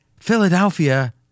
Philadelphia